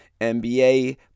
NBA